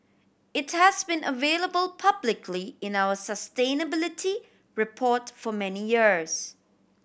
it has been available publicly in our sustainability report for many years